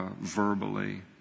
verbally